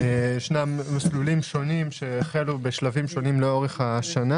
ישנם מסלולים שונים שהחלו בשלבים שונים לאורך השנה